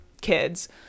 kids